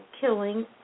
killing